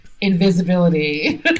invisibility